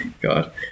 God